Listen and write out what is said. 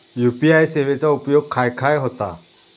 UPI सेवेचा उपयोग खाय खाय होता?